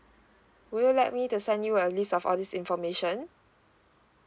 would you like me to send you a list of all this information